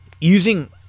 Using